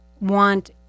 want